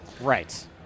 right